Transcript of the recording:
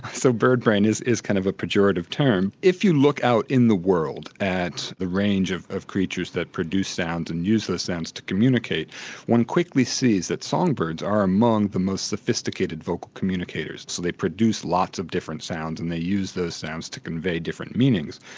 so bird brain is is kind of a pejorative term. if you look out in the world at that range of of creatures that produce sounds and use those sounds to communicate one quickly sees that song birds are among the most sophisticated vocal communicators. so they produce lots of different sounds and they use those sounds to convey different meanings.